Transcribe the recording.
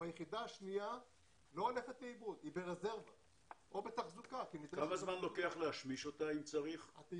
ההליך של הסבות לגז מוביל אותנו לסוף 2025. אם נעשה את ההפעלה העונתית,